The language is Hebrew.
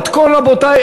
רבותי,